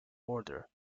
order